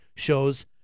shows